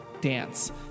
dance